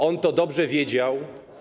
On to dobrze wiedział.